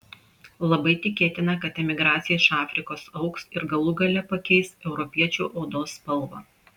labai tikėtina kad emigracija iš afrikos augs ir galų gale pakeis europiečių odos spalvą